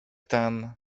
ten